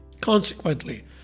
Consequently